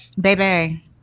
Baby